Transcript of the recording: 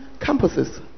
campuses